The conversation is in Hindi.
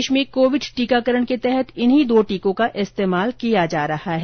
देश में कोविड टीकाकरण के तहत इन्हीं दो टीकों का इस्तेमाल किया जा रहा है